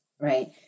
Right